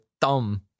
thumb